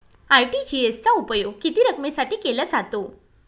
RTGS चा उपयोग किती रकमेसाठी केला जातो?